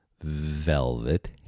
velvet